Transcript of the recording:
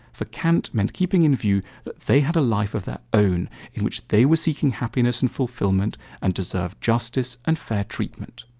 for kant meant keeping in view that they had a life of their own in which they were seeking happiness and fulfillment and deserve justice and fair treatment.